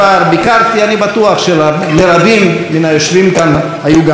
אני בטוח שלרבים מן היושבים כאן היו חוויות דומות,